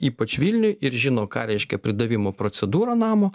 ypač vilniuj ir žino ką reiškia pridavimo procedūra namo